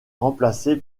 remplacé